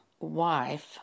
wife